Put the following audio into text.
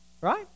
Right